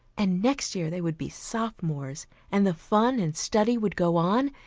and next year they would be sophomores and the fun and study would go on,